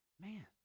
man